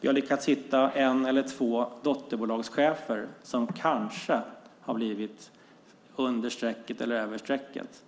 Vi har lyckats hitta en eller två dotterbolagschefer som kanske har hamnat under strecket eller över strecket.